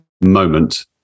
moment